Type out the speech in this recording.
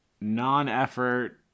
non-effort